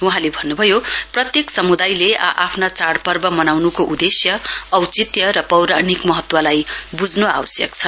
वहाँले भन्नुभयो प्रत्येक समुदायले आ आफ्नो चाइपर्व मनाउनुको उदेश्य औचित्य र पौराणिक महत्वलाई बुझ्नु आवश्यक छ